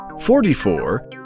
forty-four